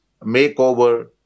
makeover